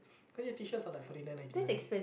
cause your t-shirts are like Forty-Nine ninety-nine